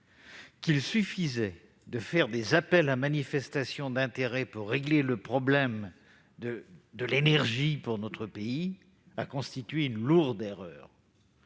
qu'il suffisait de faire des appels à manifestation d'intérêt (AMI) pour régler le problème de l'énergie dans notre pays était une lourde erreur.